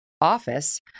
office